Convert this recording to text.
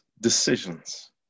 decisions